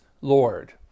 Lord